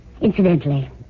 Incidentally